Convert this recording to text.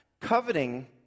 Coveting